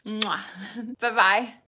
Bye-bye